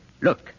look